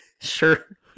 Sure